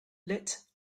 lit